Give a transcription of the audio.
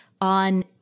on